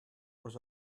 was